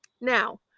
Now